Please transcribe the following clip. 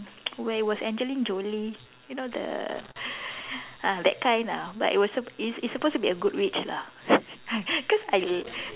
where it was Angelina Jolie you know the ah that kind ah but it was it's it's supposed to be a good witch lah cause I